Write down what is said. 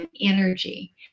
energy